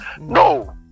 No